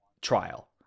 trial